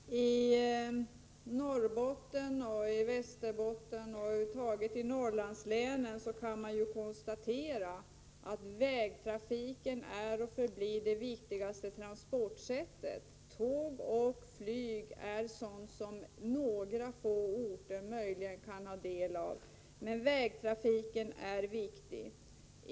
Herr talman! I Norrbotten och i Västerbotten och över huvud taget i Norrlandslänen är och förblir vägtrafiken det viktigaste transportsättet. Tåget och flyget får några få orter del av, men vägtrafiken är viktig.